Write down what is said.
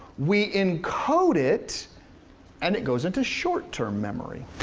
we encode it and it goes into short-term memory.